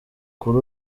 kuri